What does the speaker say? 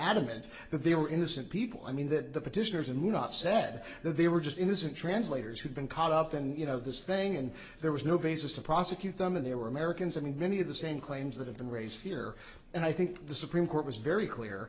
adamant that they were innocent people i mean that the petitioners and not said they were just innocent translators who'd been caught up and you know this thing and there was no basis to prosecute them and they were americans and many of the same claims that have been raised here and i think the supreme court was very clear